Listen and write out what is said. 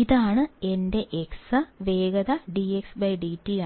ഇതാണ് എന്റെ x വേഗത dx dt ആണ്